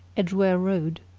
edgware road.